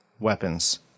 weapons